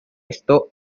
esto